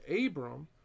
Abram